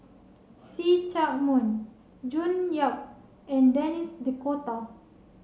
See Chak Mun June Yap and Denis D'Cotta